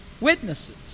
witnesses